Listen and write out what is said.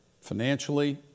financially